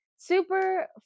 Super